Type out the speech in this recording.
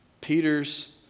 Peter's